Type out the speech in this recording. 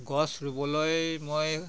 গছ ৰুবলৈ মই